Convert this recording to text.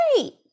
Great